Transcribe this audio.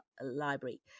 Library